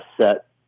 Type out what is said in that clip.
set